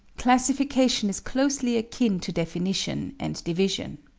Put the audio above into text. classification is closely akin to definition and division.